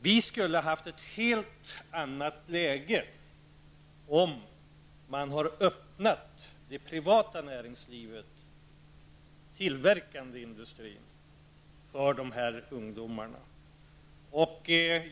Vi skulle ha haft ett helt annat läge om man hade öppnat det privata näringslivet -- den tillverkande industrin -- för dessa ungdomar.